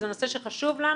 זה נושא שחשוב לנו